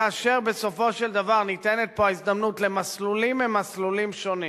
כאשר בסופו של דבר ניתנת פה ההזדמנות למסלולים ממסלולים שונים,